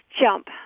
jump